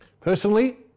Personally